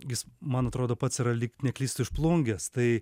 jis man atrodo pats yra lyg neklystu iš plungės tai